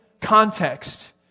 context